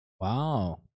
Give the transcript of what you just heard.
Wow